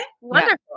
wonderful